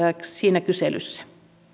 siinä kyselyssä